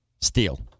Steel